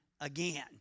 again